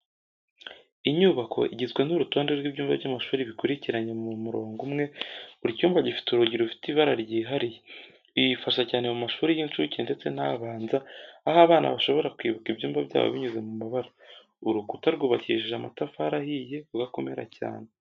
Inyubako igizwe n’urutonde rw’ibyumba by’amashuri bikurikiranye mu murongo umwe. Buri cyumba gifite urugi rufite ibara ryihariye, ibi bifasha cyane mu mashuri y’incuke ndetse n'abanza aho abana bashobora kwibuka ibyumba byabo binyuze mu mabara. Urukuta rw'ubakishije amatafari ahiye kuko akomeracyane.